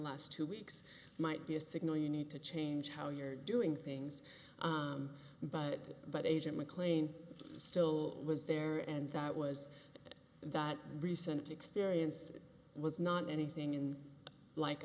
last two weeks might be a signal you need to change how you're doing things but but agent mclean still was there and that was that recent experience was not anything like